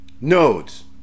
nodes